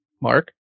mark